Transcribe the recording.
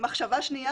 במחשבה שנייה,